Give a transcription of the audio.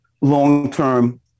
long-term